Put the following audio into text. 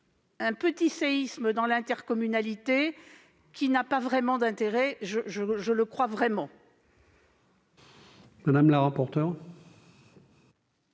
un petit séisme dans l'intercommunalité qui n'a pas vraiment d'intérêt. La parole est à Mme le rapporteur.